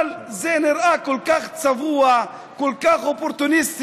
אבל זה נראה כל כך צבוע, כל כך אופורטוניסטי.